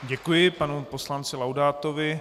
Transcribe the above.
Děkuji panu poslanci Laudátovi.